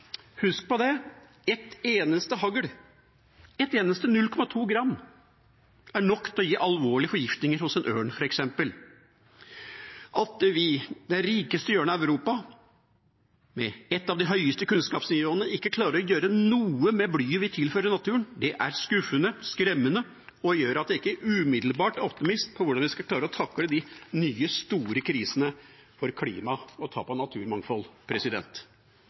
Husk på det: Ett eneste hagl, 0,2 gram, er nok til å gi alvorlige forgiftninger hos f.eks. en ørn. At vi, det rikeste hjørnet av Europa, med et av de høyeste kunnskapsnivåene, ikke klarer å gjøre noe med blyet vi tilfører naturen, er skuffende, skremmende og gjør at jeg ikke umiddelbart er optimist med tanke på hvordan vi skal klare å takle de nye, store krisene – med klimaet og tap av naturmangfold.